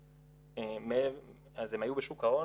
שנתיים, אז הם היו בשוק ההון,